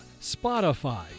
Spotify